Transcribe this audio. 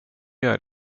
gör